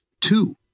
two